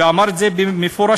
ואמר את זה מפורשות,